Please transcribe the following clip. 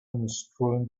unscrewing